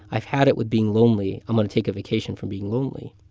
i've had it with being lonely. i'm going to take a vacation from being lonely.